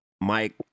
Mike